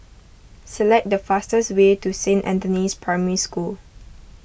select the fastest way to Saint Anthony's Primary School